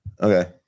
Okay